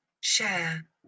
Share